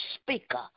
speaker